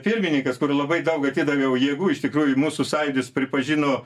pirmininkas kur labai daug atidaviau jėgų iš tikrųjų mūsų sąjūdis pripažino